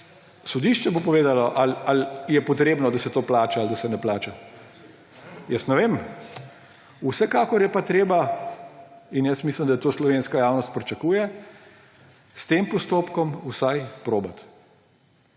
sodišče bo povedalo, ali je potrebno, da se to plača ali da se ne plača. Jaz ne vem. Vsekakor je pa treba − in jaz mislim, da to slovenska javnost pričakuje − s tem postopkom vsaj poskusiti.